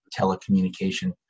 telecommunication